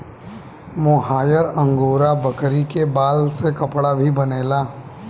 मोहायर angora बकरी के बाल से कपड़ा भी बनेला